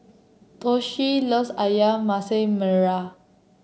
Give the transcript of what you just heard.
Toshio loves ayam Masak Merah